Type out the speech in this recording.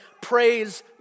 praise